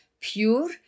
pure